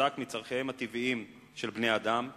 חזק מצורכיהם הטבעיים של בני-אדם.